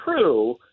true